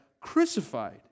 crucified